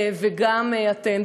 וגם אתן.